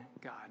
God